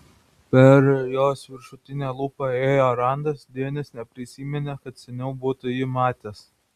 per jos viršutinę lūpą ėjo randas denis neprisiminė kad seniau būtų jį matęs